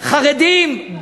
חרדים,